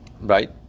Right